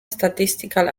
statistical